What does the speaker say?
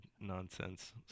nonsense